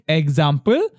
example